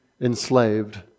enslaved